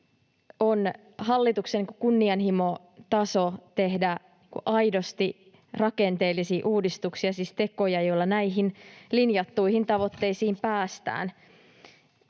on hallituksen kunnianhimotaso tehdä aidosti rakenteellisia uudistuksia, siis tekoja, joilla näihin linjattuihin tavoitteisiin päästään.